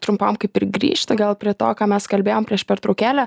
trumpam kaip ir grįžti gal prie to ką mes kalbėjom prieš pertraukėlę